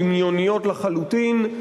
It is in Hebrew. דמיוניות לחלוטין,